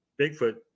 Bigfoot